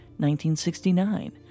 1969